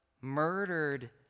Murdered